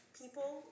people